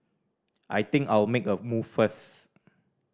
I think I'll make a move first